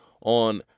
on